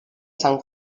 san